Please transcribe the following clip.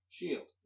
Shield